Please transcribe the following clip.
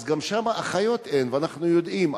אז שם גם אין אחיות, ואנחנו יודעים.